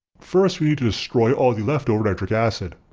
first we need to destroy all the leftover nitric acid.